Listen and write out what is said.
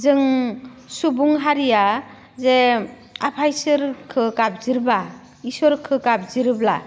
जों सुबुं हारिया जे आफा इसोरखो गाबज्रिब्ला इसोरखो गाबज्रिब्ला